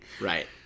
Right